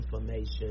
information